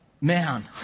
man